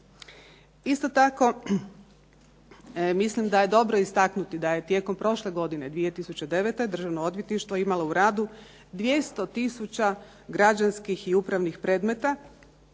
Isto tako mislim da je dobro istaknuti da je tijekom prošle godine 2009. Državno odvjetništvo imalo u radu 200 tisuća građanskih i upravnih predmeta,